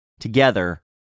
Together